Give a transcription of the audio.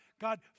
God